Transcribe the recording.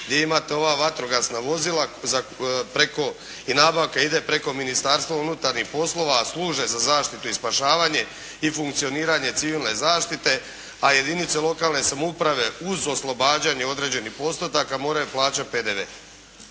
gdje imate ova vatrogasna vozila i nabavka ide preko Ministarstva unutarnjih poslova a služe za zaštitu i spašavanje i funkcioniranje civilne zaštite, a jedinice lokalne samouprave uz oslobađanje određenih postotaka moraju plaćati PDV.